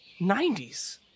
90s